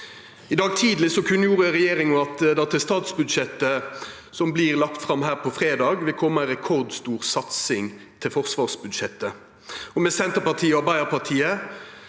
I dag tidleg kunngjorde regjeringa at det til statsbudsjettet som vert lagt fram her på fredag, vil koma ei rekordstor satsing til forsvarsbudsjettet. Med Senterpartiet og Arbeidarpartiet